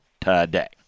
today